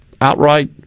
outright